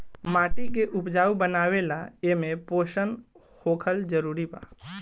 माटी के उपजाऊ बनावे ला एमे पोषण होखल जरूरी बा